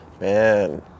Man